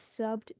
subbed